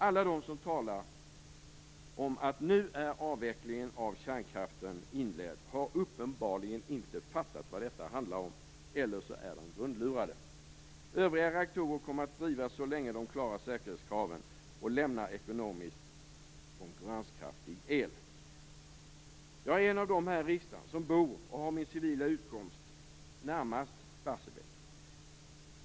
Alla de som talar om att avvecklingen av kärnkraften nu är inledd, har uppenbarligen inte fattat vad detta handlar om - eller så är de grundlurade. Övriga reaktorer kommer att drivas så länge de klarar säkerhetskraven och lämnar ekonomiskt konkurrenskraftig el. Jag är en av dem här i riksdagen som bor och har sin civila utkomst närmast Barsebäck.